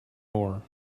ore